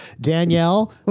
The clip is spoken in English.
danielle